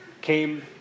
came